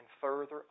further